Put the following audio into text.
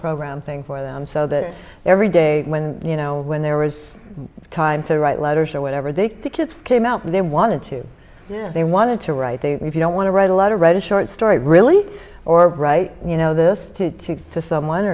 program thing for them so that every day when you know when there was time to write letters or whatever they kids came out they wanted to they wanted to write if you don't want to write a letter read a short story it really or write you know this to two to someone